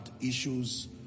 issues